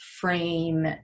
frame